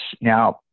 Now